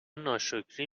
ناشکری